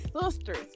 sisters